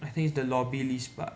I think it's the lobby list bah